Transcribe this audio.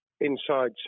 inside